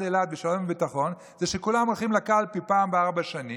אילת בשלום וביטחון זה כשכולם הולכים לקלפי פעם בארבע שנים,